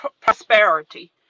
prosperity